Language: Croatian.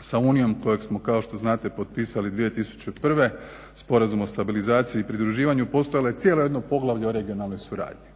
sa Unijom koje smo kao što znate potpisali 2001. Sporazum o stabilizaciji i pridruživanju, postojalo je cijelo jedno poglavlje o regionalnoj suradnji